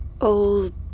old